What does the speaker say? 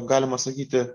galima sakyti